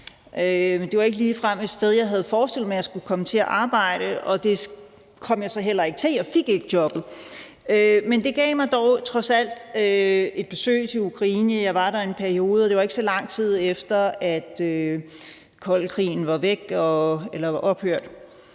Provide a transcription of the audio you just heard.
Det var ikke ligefrem et sted, jeg havde forestillet mig jeg skulle komme til at arbejde, og det kom jeg så heller ikke til; jeg fik ikke jobbet. Men det gav mig dog trods alt et besøg i Ukraine. Jeg var der i en periode, og det var ikke, så lang tid efter koldkrigen var ophørt.